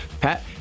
Pat